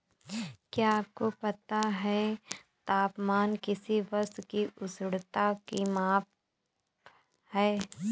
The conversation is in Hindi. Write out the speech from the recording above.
क्या आपको पता है तापमान किसी वस्तु की उष्णता की माप है?